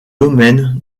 domaines